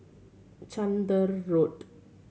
Chander Road